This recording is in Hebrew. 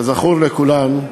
כזכור לכולם,